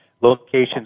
locations